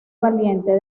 valiente